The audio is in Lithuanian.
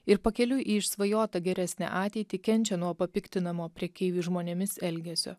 ir pakeliui į išsvajotą geresnę ateitį kenčia nuo papiktinamo prekeivių žmonėmis elgesio